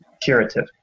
curative